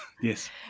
Yes